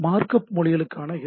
markup மொழிகளான H